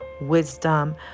wisdom